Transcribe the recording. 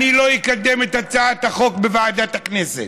אני לא אקדם את הצעת החוק בוועדת הכנסת,